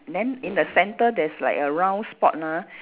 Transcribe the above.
then in the centre there's like a round spot ah